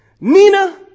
Nina